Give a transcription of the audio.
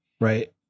right